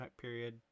period